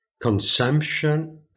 consumption